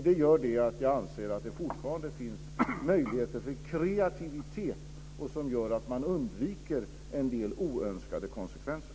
Det gör att jag anser att det fortfarande finns möjligheter för kreativitet som gör att man undviker en del oönskade konsekvenser.